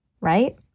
right